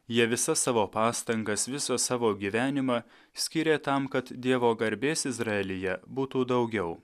jie visą savo pastangas visą savo gyvenimą skyrė tam kad dievo garbės izraelyje būtų daugiau